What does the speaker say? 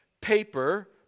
paper